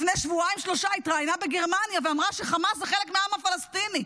לפני שבועיים-שלושה התראיינה בגרמניה ואמרה שחמאס זה חלק מהעם הפלסטיני.